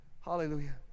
Hallelujah